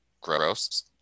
gross